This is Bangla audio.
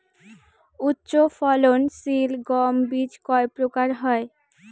উচ্চ ফলন সিল গম বীজ কয় প্রকার হয়?